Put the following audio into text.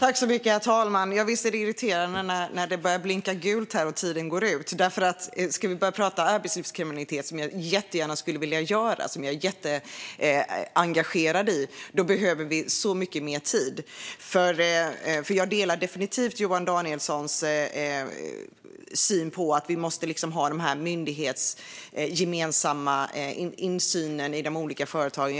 Herr talman! Visst är det irriterande när lampan börjar blinka gult och tiden går ut. Ska vi börja att tala om arbetslivskriminalitet, som jag jättegärna skulle vilja göra och är jätteengagerad i, behöver vi så mycket mer tid. Jag delar definitivt Johan Danielssons syn på att vi måste ha den myndighetsgemensamma insynen i de olika företagen.